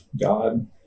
God